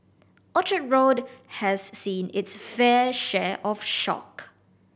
Orchard Road has seen it's fair share of shock